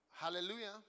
Hallelujah